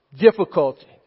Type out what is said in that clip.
difficulty